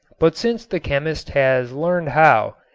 but since the chemist has learned how,